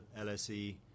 LSE